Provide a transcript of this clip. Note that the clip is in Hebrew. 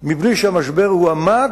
בלי שהמשבר הועמק,